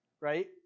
Right